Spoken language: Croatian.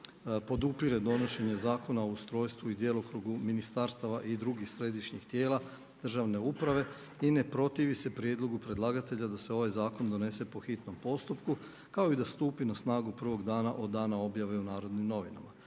podupire donošenje Zakona o ustrojstvu i djelokrugu ministarstava i drugih središnjih tijela državne uprave i ne protivi se prijedlogu predlagatelja da se ovaj zakon donese po hitnom postupku kao i da stupi na snagu prvog dana od dana objave u „Narodnim novinama“.